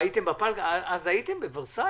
הייתם בוורסאי?